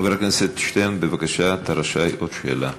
חבר הכנסת שטרן, בבקשה, אתה רשאי עוד שאלה.